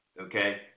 Okay